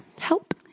Help